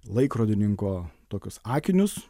laikrodininko tokius akinius